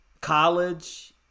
college